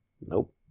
Nope